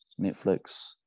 Netflix